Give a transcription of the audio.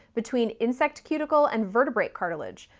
between insect cuticle and vertebrate cartilage,